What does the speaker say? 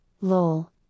LOL